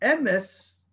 MS